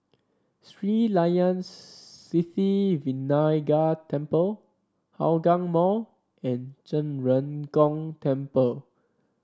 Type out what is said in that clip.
Sri Layan Sithi Vinayagar Temple Hougang Mall and Zhen Ren Gong Temple